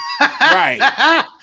right